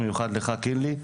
במיוחד לך קינלי,